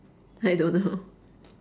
I don't know